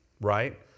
Right